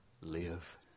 live